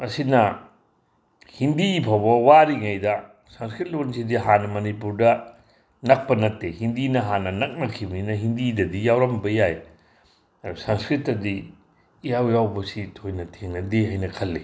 ꯃꯁꯤꯅ ꯍꯤꯟꯗꯤ ꯐꯥꯎꯕ ꯋꯥꯔꯤꯉꯩꯗ ꯁꯪꯁꯀ꯭ꯔꯤꯠ ꯂꯣꯟꯁꯤꯗꯤ ꯍꯥꯟꯅ ꯃꯅꯤꯄꯨꯔꯗ ꯅꯛꯄ ꯅꯠꯇꯦ ꯍꯤꯟꯗꯤꯅ ꯍꯥꯟꯅ ꯅꯛꯅꯈꯤꯕꯅꯤꯅ ꯍꯤꯟꯗꯤꯗꯗꯤ ꯌꯥꯎꯔꯝꯕ ꯌꯥꯏ ꯑꯗꯣ ꯁꯪꯁꯀ꯭ꯔꯤꯠꯇꯗꯤ ꯏꯌꯥꯎ ꯌꯥꯎꯕꯁꯤ ꯊꯣꯏꯅ ꯊꯦꯡꯅꯗꯦ ꯍꯥꯏꯅ ꯈꯜꯂꯤ